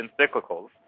encyclicals